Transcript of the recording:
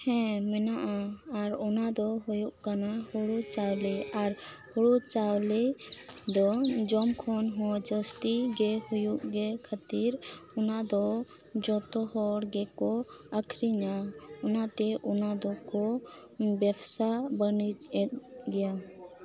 ᱦᱮᱸ ᱢᱮᱱᱟᱜᱼᱟ ᱟᱨ ᱚᱱᱟ ᱫᱚ ᱦᱩᱭᱩᱜ ᱠᱟᱱᱟ ᱦᱳᱲᱳ ᱪᱟᱣᱞᱮ ᱟᱨ ᱳᱩᱲᱳ ᱪᱟᱣᱞᱮ ᱫᱚ ᱡᱚᱢ ᱠᱷᱚᱱ ᱦᱚᱸ ᱡᱟ ᱥᱛᱤ ᱜᱮ ᱦᱩᱭᱩᱜ ᱜᱮ ᱠᱷᱟᱹᱛᱤᱨ ᱚᱱᱟ ᱫᱚ ᱡᱚᱛᱚ ᱦᱚᱲ ᱜᱮᱠᱚ ᱟ ᱠᱷᱨᱤᱧᱟ ᱚᱱᱟᱛᱮ ᱚᱱᱟ ᱫᱚ ᱠᱚ ᱵᱮᱯᱥᱟ ᱵᱟ ᱱᱤᱡ ᱮᱫ ᱜᱮᱭᱟ